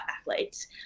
athletes